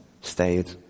stayed